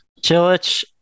Chilich